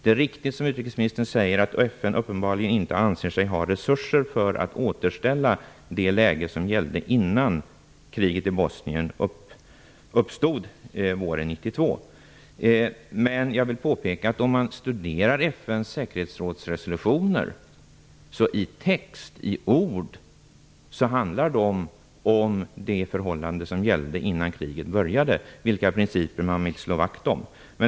Det är riktigt som utrikesministern säger att FN uppenbarligen inte anser sig ha resurser för att återställa det läge som gällde innan kriget i Bosnien uppstod våren 1992. Men jag vill påpeka att FN:s säkerhetsrådsresolutioner i ord handlar om det förhållande som gällde innan kriget började och vilka principer man vill slå vakt om.